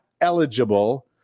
eligible